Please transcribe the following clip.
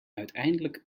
uiteindelijk